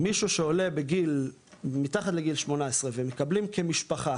מישהו שעולה מתחת לגיל 18 ומתקבלים כמשפחה,